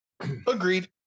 agreed